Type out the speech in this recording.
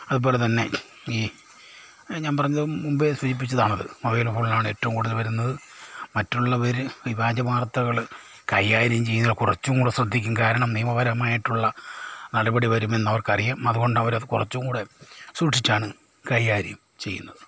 അതുപോലെതന്നെ ഈ ഞാൻ പറഞ്ഞതും മുമ്പേ സൂചിപ്പിച്ചതാണത് മൊബൈൽ ഫോണിലാണ് ഏറ്റവും കൂടുതൽ വരുന്നത് മറ്റുള്ളവർ ഈ വ്യാജവാർത്തകൾ കൈകാര്യം ചെയ്യുന്ന കുറച്ചും കൂടി ശ്രദ്ധിക്കും കാരണം നിയമപരമായിട്ടുള്ള നടപടി വരുമെന്നവർക്കറിയാം അതുകൊണ്ട് അവരത് കുറച്ചുംകൂടി സൂക്ഷിച്ചാണ് കൈകാര്യം ചെയ്യുന്നത്